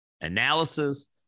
analysis